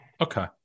Okay